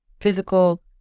physical